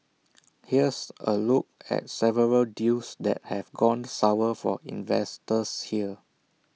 here's A look at several deals that have gone sour for investors here